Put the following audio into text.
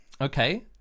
Okay